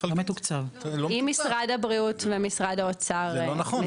אם משרד הבריאות ומשרד האוצר מציגים --- זה לא נכון,